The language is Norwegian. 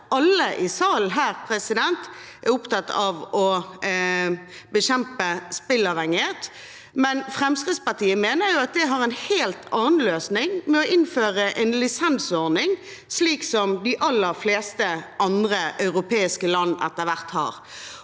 Alle i salen er opptatt av å bekjempe spilleavhengighet, men Fremskrittspartiet mener det har en helt annen løsning, nemlig ved å innføre en lisensordning, slik de aller fleste andre europeiske land etter hvert har